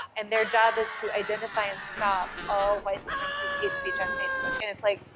and their job is to identify and stop all white supremacist hate speech on facebook, and it's like,